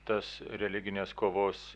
tas religinės kovos